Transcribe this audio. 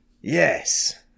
Yes